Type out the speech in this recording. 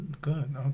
Good